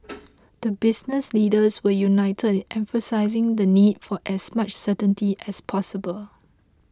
the business leaders were united in emphasising the need for as much certainty as possible